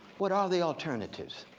what are the alternatives?